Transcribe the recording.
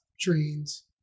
trains